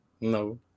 no